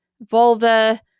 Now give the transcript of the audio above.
vulva